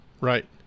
Right